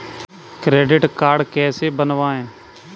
Credit card कैसे बनवाएँ?